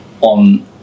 on